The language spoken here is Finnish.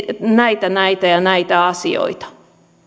näitä näitä ja näitä asioita